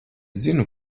zinu